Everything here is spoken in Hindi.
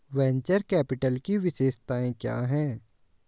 वेन्चर कैपिटल की विशेषताएं क्या हैं?